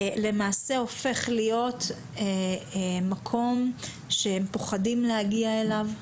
הופך להיות מקום שהם פוחדים להגיע אליו,